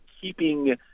keeping